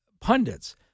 pundits